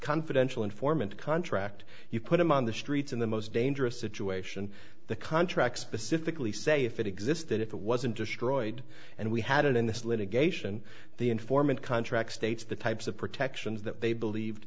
confidential informant contract you put them on the streets in the most dangerous situation the contract specifically say if it existed if it wasn't destroyed and we had it in this litigation the informant contract states the types of protections that they believed